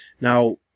Now